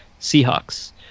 Seahawks